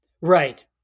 right